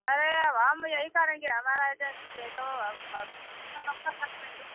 अरे अब हम यही करेंगे हमारा एजेंसी है तो हम अब नौकर कर देंगे